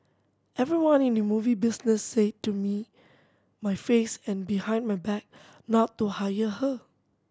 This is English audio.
everyone in the movie business said to me my face and behind my back not to hire her